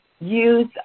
use